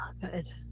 good